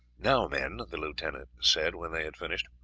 now, men, the lieutenant said, when they had finished,